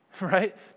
right